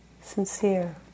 sincere